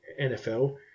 NFL